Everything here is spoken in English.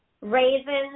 raisins